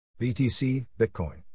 BTC-Bitcoin